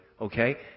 okay